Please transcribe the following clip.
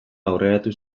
aurreratu